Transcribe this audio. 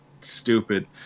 stupid